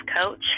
coach